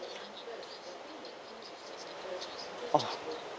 !wah!